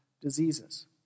diseases